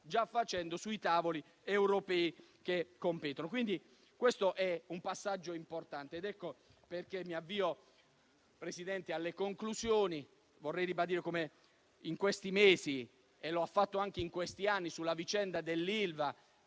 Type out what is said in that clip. già facendo sui tavoli europei che competono. Questo è un passaggio importante. Signor Presidente, mi avvio alle conclusioni. Vorrei ribadire come in questi mesi - e lo ha fatto anche in questi anni - sulla vicenda dell'Ilva,